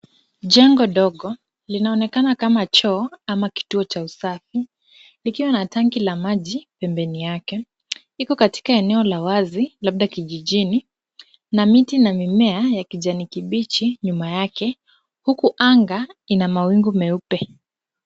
Jengo dogo linaonekana kama choo ama kituo cha usafi likiwa na tanki la maji pembeni yake iko katika eneo la wazi labda kijijini na miti na mimea ya kijani kibichi nyuma yake huku anga ina mawingu meupe.